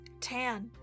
Tan